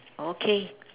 okay